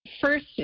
first